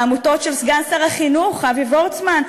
העמותות של סגן שר החינוך אבי וורצמן,